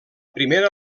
primera